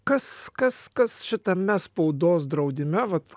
kas kas kas šitame spaudos draudime vat